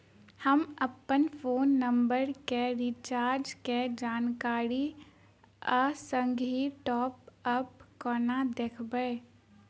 हम अप्पन phone number केँ रिचार्जक जानकारी आ संगहि टॉप अप कोना देखबै?